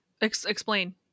explain